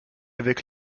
avec